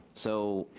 so.